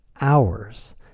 hours